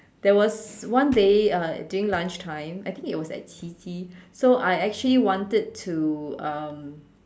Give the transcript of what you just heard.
there was one day uh during lunchtime I think it was at Qiji so I actually wanted to um